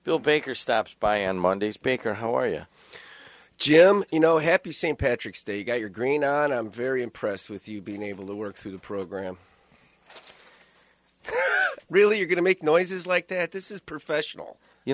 bill baker stops by and monday's baker how are you jim you know happy st patrick's day you got your green on i'm very impressed with you being able to work through the program really you're going to make noises like that this is professional you